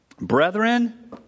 brethren